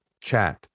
chat